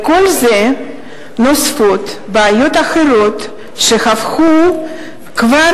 על כל זה נוספות בעיות אחרות שהפכו כבר